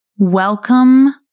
Welcome